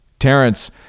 Terrence